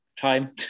time